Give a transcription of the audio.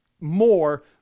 more